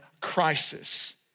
crisis